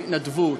של התנדבות,